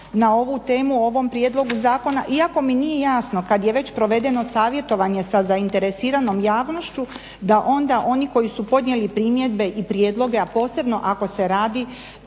na ovu temu u ovom prijedlogu zakona iako mi nije jasno kad je već provedeno savjetovanje sa zainteresiranom javnošću da onda oni koji su podnijeli primjedbe i prijedloge a posebno ako se radi